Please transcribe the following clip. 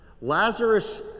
Lazarus